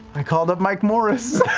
i called up mike morris.